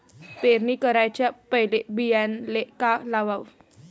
पेरणी कराच्या पयले बियान्याले का लावाव?